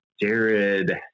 Jared